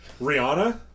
Rihanna